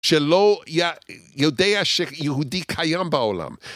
שלא יודע שיהודי קיים בעולם.